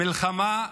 מלחמה,